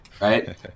Right